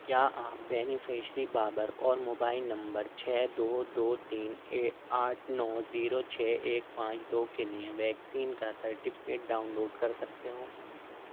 کیا آپ بینیفشری بابراور موبائل نمبر چھ دو دو تین آٹھ نو زیرو چھ ایک پانچ دو کے لیے ویکسین کا سرٹیفکیٹ ڈاؤن لوڈ کر سکتے ہو